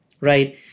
right